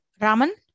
Raman